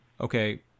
okay